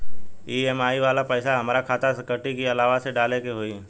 EMI वाला पैसा हाम्रा खाता से कटी की अलावा से डाले के होई?